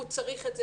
הוא צריך את זה,